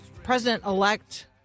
President-elect